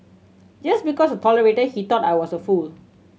just because I tolerated he thought I was a fool